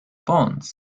bonds